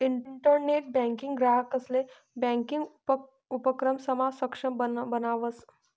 internet banking ग्राहकंसले banking उपक्रमसमा सक्षम बनावस